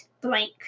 blank